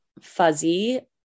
fuzzy